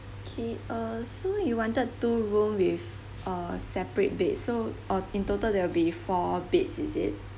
okay uh so you wanted two rooms with uh separate bed so or in total there will be four beds is it